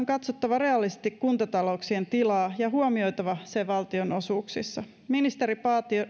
katsottava realistisesti kuntatalouksien tilaa ja huomioitava se valtionosuuksissa ministeri